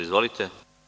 Izvolite.